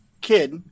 kid